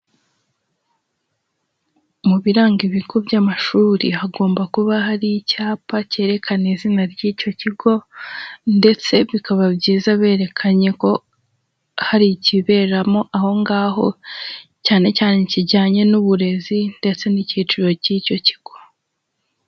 Mu biranga ibigo by'amashuri hagomba kuba hari icyapa kerekana izina ry'icyo kigo, ndetse bikaba byiza berekanye ko, hari ikiberamo aho ngaho cyane cyane kijyanye n'uburezi ndetse n'icyiciro cy'icyo kigo.